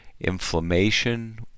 inflammation